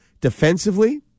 defensively